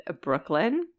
Brooklyn